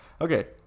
Okay